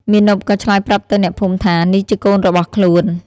មាណពក៏ឆ្លើយប្រាប់ទៅអ្នកភូមិថា នេះជាកូនរបស់ខ្លួន។